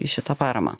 į šitą paramą